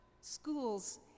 schools